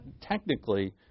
technically